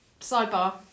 Sidebar